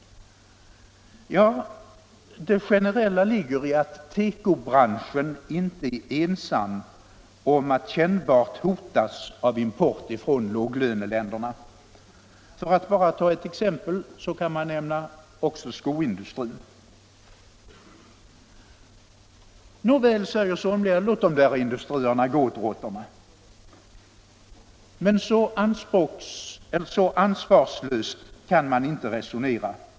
Ja, det generella ligger i att tekobranschen inte är ensam om att kännbart hotas av import från låglöneländerna. För att bara ta ett exempel kan man nämna också skoindustrin. Nåväl, säger somliga, låt de där industrierna gå åt råttorna! Men så ansvarslöst kan man inte resonera.